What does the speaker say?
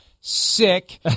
Sick